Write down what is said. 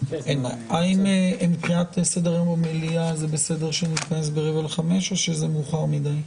האם מבחינת סדר יום המליאה זה בסדר שנתכנס ב-16:45 או שזה מאוחר מדי?